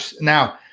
Now